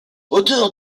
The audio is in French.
auteur